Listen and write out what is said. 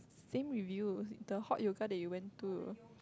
same reviews the hot yoga that you went to